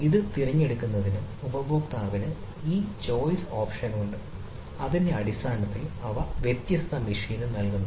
ഇത് തിരഞ്ഞെടുക്കുന്നതിന് ഉപഭോക്താവിന് ഈ ചോയ്സ് ഓപ്ഷൻ ഉണ്ട് അതിന്റെ അടിസ്ഥാനത്തിൽ അവ വ്യത്യസ്ത മെഷീന് നൽകുന്നു